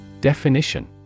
Definition